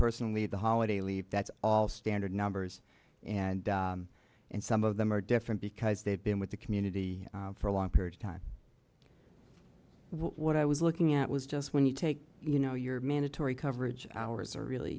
personally the holiday leave that's all standard numbers and and some of them are different because they've been with the community for a long period of time what i was looking at was just when you take you know your mandatory coverage hours are really